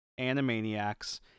Animaniacs